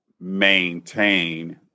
maintain